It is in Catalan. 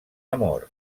amor